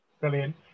Brilliant